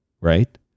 right